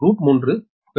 எனவே √𝟑 ∗𝟏2